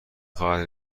خواهد